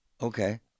okay